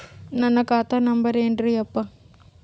ನನ್ನ ಖಾತಾ ನಂಬರ್ ಏನ್ರೀ ಯಪ್ಪಾ?